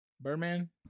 Birdman